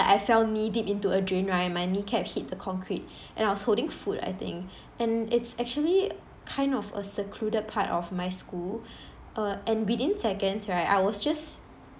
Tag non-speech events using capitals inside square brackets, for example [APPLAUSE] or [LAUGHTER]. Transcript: I fell knee-deep into a drain right my kneecap hit the concrete [BREATH] and I was holding food I think [BREATH] and it's actually kind of a secluded part of my school [BREATH] uh and within seconds right I was just